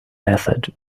method